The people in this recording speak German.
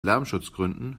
lärmschutzgründen